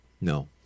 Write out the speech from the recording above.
No